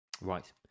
right